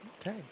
Okay